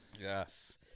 Yes